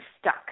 stuck